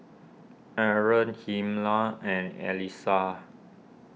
Arron Hilma and Elisa